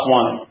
One